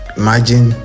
imagine